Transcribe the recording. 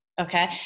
Okay